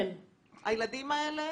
הילדים האלה